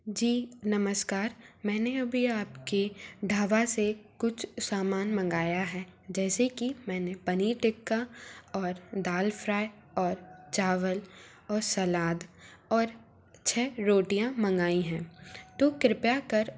जी नमस्कार मैने अभी आपके ढाबा से कुछ सामान मंगाया है जैसे कि मैने पनीर टिक्का और दाल फ़्राय और चावल और सलाद और छः रोटियाँ मँगाईं हैं तो कृपया कर